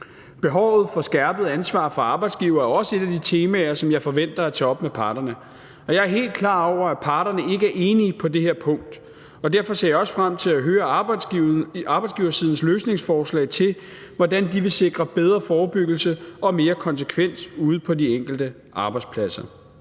Behovet for skærpet ansvar fra arbejdsgiver er også et af de temaer, som jeg forventer at tage op med parterne. Og jeg er helt klar over, at parterne ikke er enige på det her punkt, og derfor ser jeg også frem til at høre arbejdsgiversidens løsningsforslag til, hvordan de vil sikre bedre forebyggelse og mere konsekvens ude på de enkelte arbejdspladser.